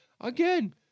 again